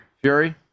Fury